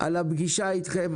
על הפגישה אתכם,